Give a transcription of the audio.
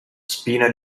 spina